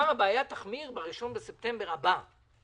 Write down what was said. שהבעיה תחמיר ב-1 בספטמבר הבא.